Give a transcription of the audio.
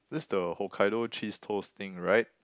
that's the Hokkaido cheese toast thing right